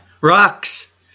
Rocks